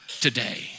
today